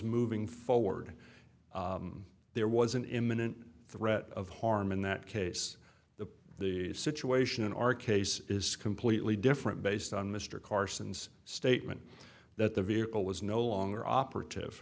moving forward there was an imminent threat of harm in that case the the situation in our case is completely different based on mr carson's statement that the vehicle was no longer